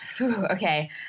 Okay